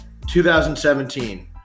2017